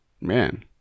Man